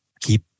keep